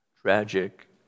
tragic